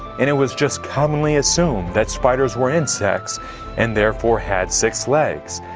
and it was just commonly assumed that spiders were insects and therefore had six legs.